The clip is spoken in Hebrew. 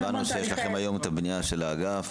הבנו שיש לכם היום את הבנייה של האגף.